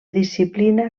disciplina